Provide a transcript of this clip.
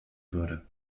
würde